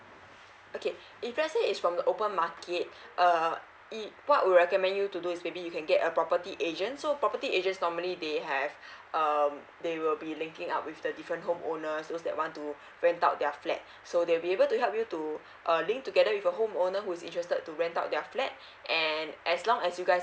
okay if let's say it's from the open market uh what we recommend you to do is maybe you can get a property agent so a property agents normally they have um they will be linking up with the different home owners those that want to rent out their flat so they will be able to help you to err link together with a home owner who's interested to rent out their flat and as long as you guys